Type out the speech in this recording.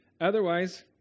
Otherwise